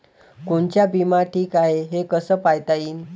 कोनचा बिमा ठीक हाय, हे कस पायता येईन?